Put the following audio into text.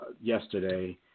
yesterday